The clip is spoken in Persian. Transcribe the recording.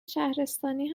شهرستانی